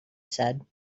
said